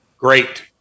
Great